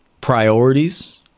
priorities